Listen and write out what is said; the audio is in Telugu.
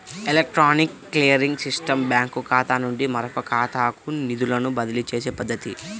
ఎలక్ట్రానిక్ క్లియరింగ్ సిస్టమ్ బ్యాంకుఖాతా నుండి మరొకఖాతాకు నిధులను బదిలీచేసే పద్ధతి